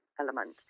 element